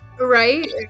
Right